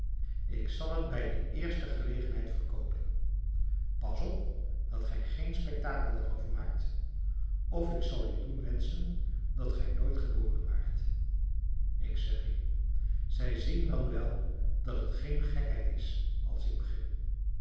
ik zal het bij de eerste gelegenheid verkoopen pas op dat gij geen spektakel daarover maakt of ik zal u doen wenschen dat gij nooit geboren waart ik zeg u zij zien dan wel dat het geen gekheid is als ik begin